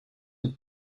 een